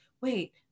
wait